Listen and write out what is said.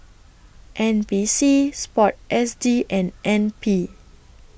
N P C Sport S G and N P